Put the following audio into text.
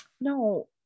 No